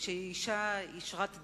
שהיא אשה ישרת דרך,